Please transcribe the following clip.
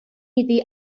iddi